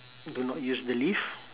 do not use the lift